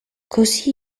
così